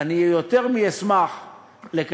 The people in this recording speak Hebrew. אנחנו שמחים